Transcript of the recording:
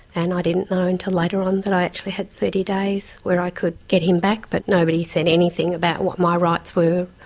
and i didn't know until later on that i actually had thirty days where i could get him back, but nobody said anything about what my rights were.